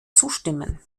zustimmen